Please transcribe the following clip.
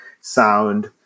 sound